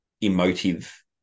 emotive